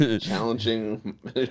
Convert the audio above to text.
challenging